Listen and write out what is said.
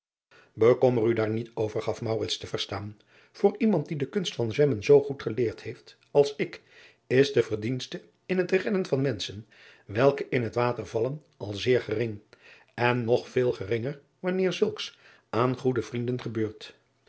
ekommer u daar niet over gaf te verstaan voor iemand die de kunst van zwemmen zoo goed geleerd heeft als ik is de verdienste in het redden van menschen welke in het water vallen al zeer gering en nog veel geringer wanneer zulks aan goede vrienden gebeurt